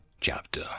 chapter